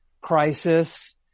crisis